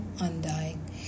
undying